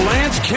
Lance